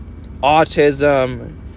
autism